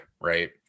right